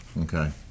Okay